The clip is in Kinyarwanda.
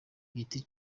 giti